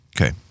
Okay